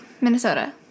Minnesota